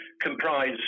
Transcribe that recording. comprise